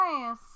nice